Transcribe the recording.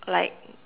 like